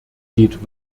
geht